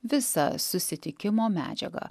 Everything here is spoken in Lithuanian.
visą susitikimo medžiagą